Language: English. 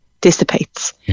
dissipates